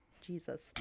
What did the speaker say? Jesus